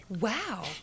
Wow